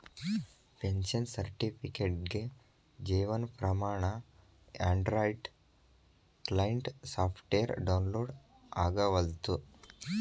pension ಸರ್ಟಿಫಿಕೇಟ್ಗೆ Jeevan Pramaan Android client software download ಆಗವಲ್ತು